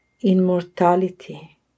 Immortality